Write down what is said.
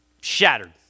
shattered